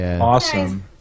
Awesome